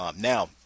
Now